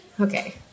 Okay